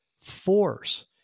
force